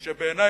בעיני,